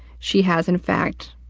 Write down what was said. she has, in fact,